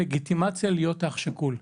לגיטימציה להיות אח שכול,